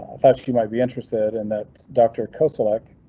ah thought like you might be interested in that doctor kosilek.